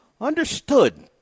Understood